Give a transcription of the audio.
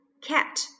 cat